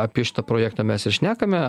apie šitą projektą mes ir šnekame